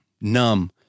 numb